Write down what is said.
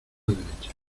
derecha